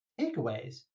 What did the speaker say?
takeaways